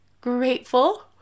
grateful